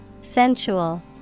Sensual